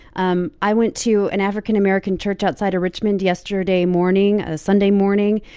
um i went to an african-american church outside of richmond yesterday morning, ah sunday morning.